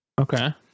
Okay